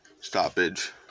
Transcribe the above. stoppage